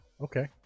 Okay